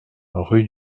rue